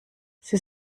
sie